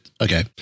Okay